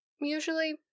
Usually